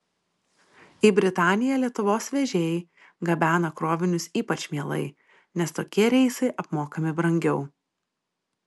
į britaniją lietuvos vežėjai gabena krovinius ypač mielai nes tokie reisai apmokami brangiau